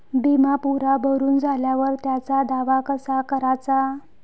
बिमा पुरा भरून झाल्यावर त्याचा दावा कसा कराचा?